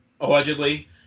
allegedly